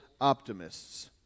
optimists